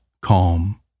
calm